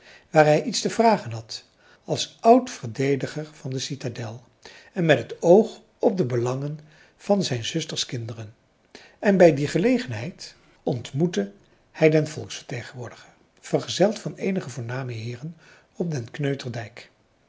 waar hij iets te vragen had als oud verdediger van de citadel en met het oog op de belangen van zijn zusterskinderen en bij die gelegenheid ontmoette hij den volksvertegenwoordiger vergezeld van eenige voorname heeren op den kneuterdijk